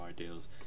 ideals